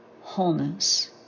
wholeness